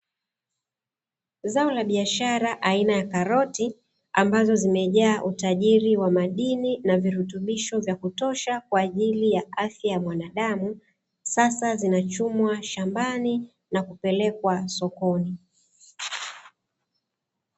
Zao la biashara aina ya karoti ambazo zimejaa utajiri wa madini na virutubisho vya kutosha kwa ajili ya afya ya mwanadamu, sasa zinachumwa shambani na kupelekwa sokoni.